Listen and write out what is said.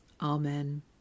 Amen